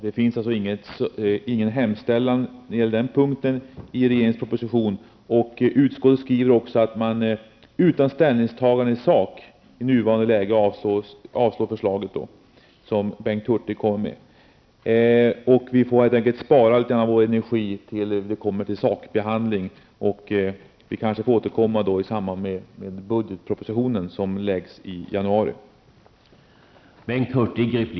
Det finns alltså ingen hemställan på den punkten i regeringens proposition, och utskottet skriver att de förslag som bl.a. Bengt Hurtig kommer med utan ställningstagande i sak i nuvarande läge bör avslås. Vi får helt enkelt spara litet av vår energi tills det är dags för sakbehandling, och vi får kanske återkomma i samband med behandlingen av budgetpropositionen, som läggs fram i januari.